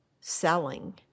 selling